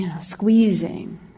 squeezing